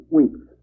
weeks